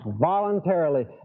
voluntarily